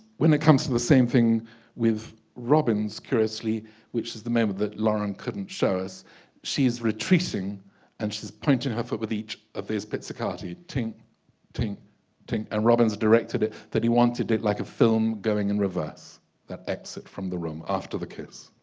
when it comes to the same thing with robbins curiously which is the moment that lauren couldn't show us she's retreating and she's pointing her foot with each of those pizzicati ting ting ting and robbins directed it that he wanted it like a film going in reverse that exit from the room after the kiss